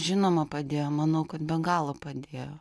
žinoma padėjo manau kad be galo padėjo